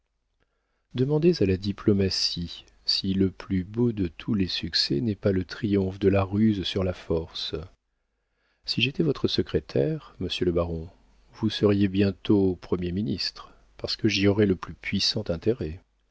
demandez à la diplomatie si le plus beau de tous les succès n'est pas le triomphe de la ruse sur la force si j'étais votre secrétaire monsieur le baron vous seriez bientôt premier ministre parce que j'y aurais le plus puissant intérêt